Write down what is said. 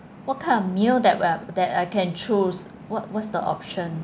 what kind of meal that we are that I can choose what what's the option